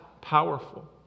powerful